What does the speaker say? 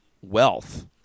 wealth